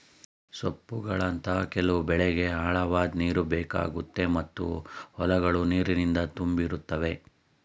ಸೊಪ್ಪುಗಳಂತಹ ಕೆಲವು ಬೆಳೆಗೆ ಆಳವಾದ್ ನೀರುಬೇಕಾಗುತ್ತೆ ಮತ್ತು ಹೊಲಗಳು ನೀರಿನಿಂದ ತುಂಬಿರುತ್ತವೆ